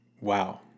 wow